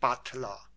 buttler